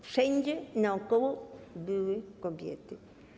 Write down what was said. Wszędzie i naokoło były kobiety.